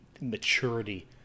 maturity